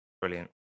brilliant